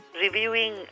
reviewing